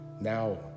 now